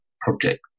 project